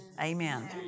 Amen